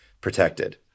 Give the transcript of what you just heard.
protected